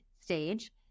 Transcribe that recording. stage